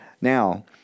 Now